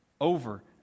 Over